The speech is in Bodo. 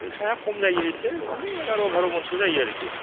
जोसाया खम जायो एसे बिदिनो एगार' बार' मनसो जायो आरोखि